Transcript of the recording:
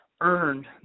earned